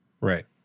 Right